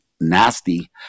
nasty